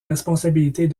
responsabilités